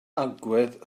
agwedd